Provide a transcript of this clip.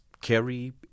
carry